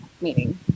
meeting